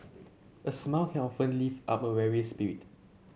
a smile lift up a weary spirit